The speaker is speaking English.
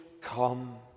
come